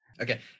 Okay